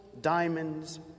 diamonds